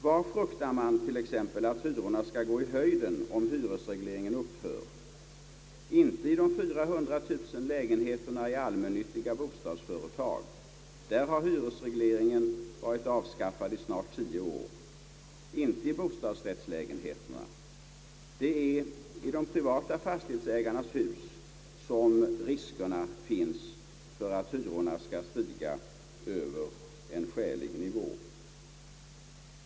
Var fruktar man t.ex. att hyrorna skall gå i höjden om hyresregleringen upphör? Inte i de 400 000 lägenheterna i allmännyttiga bostadsföretag. Där har hyresregleringen varit avskaffad i snart tio år. Inte i bostadsrättslägenheterna. Det är i de privata fastighetsägarnas hus som riskerna finns för att hyrorna skall stiga över en skälig nivå.